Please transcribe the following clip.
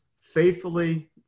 faithfully